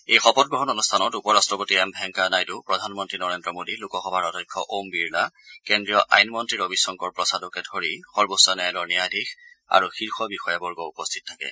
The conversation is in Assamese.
এই শপতগ্ৰহণ অনুষ্ঠানত উপ ৰাট্টপতি এম ভেংকায়া নাইডু প্ৰধানমন্ত্ৰী নৰেন্দ্ৰ মোদী লোকসভাৰ অধ্যক্ষ ওম বিৰলা কেন্দ্ৰীয় আইন মন্ত্ৰী ৰবি শংকৰ প্ৰসাদকে ধৰি সৰ্বোচ্চ ন্যায়ালয়ৰ ন্যায়াধীশ আৰু শীৰ্ষ বিষয়া বৰ্গ উপস্থিত থাকে